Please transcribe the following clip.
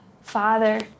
Father